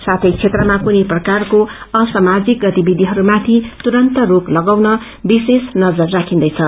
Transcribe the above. साथै क्षेत्रमा कुनै प्रकारको असामाणिक गतिविषिहरूमाथि तुरन्त रोक लगाउन विशेष नजर राखिन्दैछ